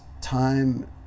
time